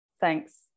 Thanks